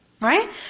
Right